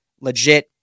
legit